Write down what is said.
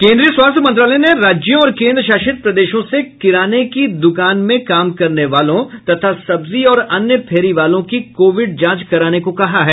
केंद्रीय स्वास्थ्य मंत्रालय ने राज्यों और केन्द्र शासित प्रदेशों से किराने की दुकान में काम करने वालों तथा सब्जी और अन्य फेरी वालों की कोविड जांच कराने को कहा है